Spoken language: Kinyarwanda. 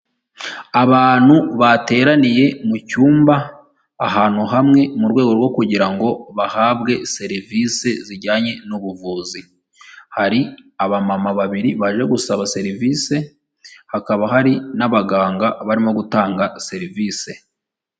Abantu bateraniye mu cyumba ahantu hamwe mu rwego rwo kugira ngo bahabwe serivisi zijyanye n'ubuvuzi, hari abamama babiri baje gusaba serivisi, hakaba hari n'abaganga barimo gutanga serivisi.